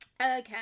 Okay